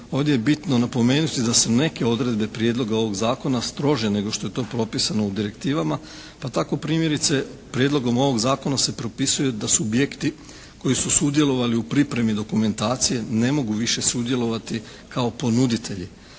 Ovdje je bitno napomenuti da su neke odredbe prijedloga ovoga zakona strože nego što je to propisano u direktivama pa tako primjerice prijedlogom ovog zakona se propisuje da subjekti koji su sudjelovali u pripremi dokumentacije ne mogu više sudjelovati kao ponuditelji.